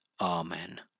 Amen